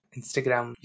Instagram